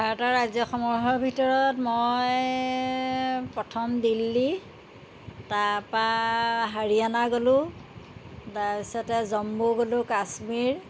ভাৰতৰ ৰাজ্যসমূহৰ ভিতৰত মই প্ৰথম দিল্লী তাৰ পৰা হাৰিয়ানা গ'লো তাৰপিছতে জম্মু গ'লোঁ কাশ্মীৰ